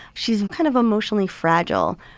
she's kind of emotionally fragile.